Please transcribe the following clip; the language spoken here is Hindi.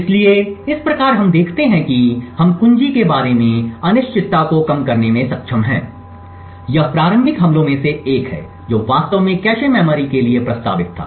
इसलिए इस प्रकार हम देखते हैं कि हम कुंजी के बारे में अनिश्चितता को कम करने में सक्षम हैं यह प्रारंभिक हमलों में से एक है जो वास्तव में कैश मेमोरी के लिए प्रस्तावित था